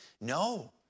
No